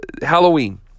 Halloween